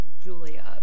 Julia